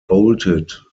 bolted